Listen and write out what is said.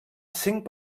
cinc